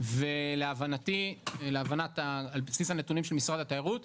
ולהבנתי על בסיס הנתונים של משרד התיירות,